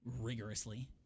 rigorously